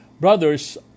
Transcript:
Brothers